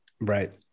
Right